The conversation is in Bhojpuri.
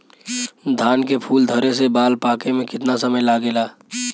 धान के फूल धरे से बाल पाके में कितना समय लागेला?